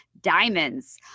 diamonds